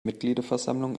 mitgliederversammlung